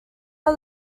are